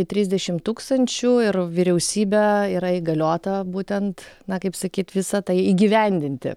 trisdešimt tūkstančių ir vyriausybė yra įgaliota būtent na kaip sakyt visą tai įgyvendinti